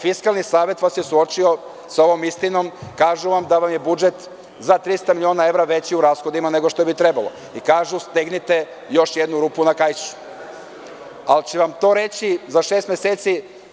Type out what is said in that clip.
Fiskalni savet vas je suočio sa ovom istinom, kažu da vam je budžet za 300 miliona veći u rashodima nego što bi trebalo, kažu stegnite još jednu rupu na kaišu, ali će vam to reći za šest meseci… (Predsednik.